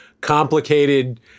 complicated